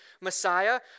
Messiah